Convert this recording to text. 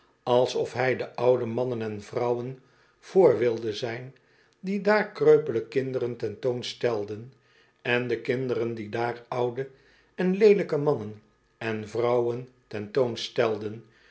alsof hij de oude mannen en vrouwen vr wilde zijn die daar kreupele kinderen ten toon stelden en de kinderen die daar oude en leelijke mannen en vrouwen ten toon stelden